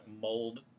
mold